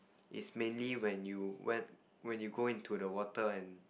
is mainly when you when when you go into the water and